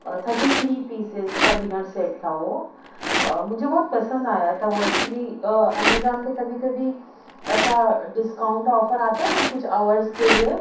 thirty three pieces کا dinner set تھا وہ مجھے بہت پسند آیا تھا وہ ایکچولی امیزون پہ کبھی کبھی ایسا ڈسکاؤنٹ آفر آتا ہے نا کچھ آورس کے لیے